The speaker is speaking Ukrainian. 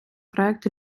проект